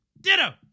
Ditto